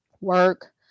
work